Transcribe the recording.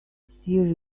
see